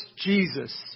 Jesus